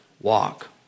walk